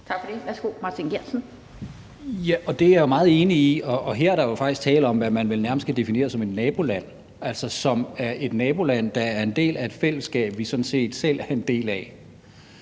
Kl. 17:29 Martin Geertsen (V): Det er jeg jo meget enig i. Her er der faktisk tale om det, man vel nærmest kan definere som et naboland, et naboland, der er en del af et fællesskab, vi sådan set selv er en del af.